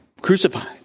crucified